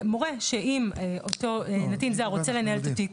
מורה שאם אותו נתין זר רוצה לנהל את התיק,